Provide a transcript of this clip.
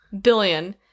billion